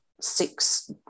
six